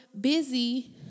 busy